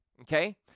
okay